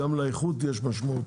גם לאיכות יש משמעות,